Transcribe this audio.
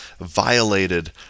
violated